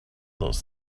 those